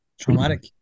traumatic